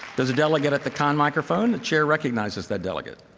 there's a delegate at the con microphone. the chair recognizes that delegate.